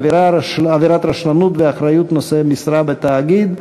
עבירת רשלנות ואחריות נושא משרה בתאגיד),